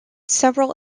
several